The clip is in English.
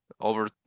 over